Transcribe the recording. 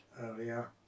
earlier